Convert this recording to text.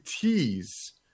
tease